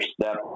step